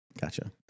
gotcha